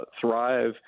thrive